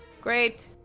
Great